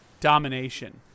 domination